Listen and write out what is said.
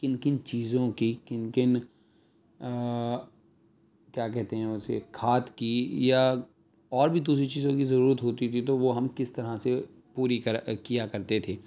کن کن چیزوں کی کن کن کیا کہتے ہیں اسے کھاد کی یا اور بھی دوسری چیزوں کی ضرورت ہوتی تھی تو وہ ہم کس طرح سے پوری کرا کیا کرتے تھے